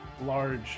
large